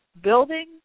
building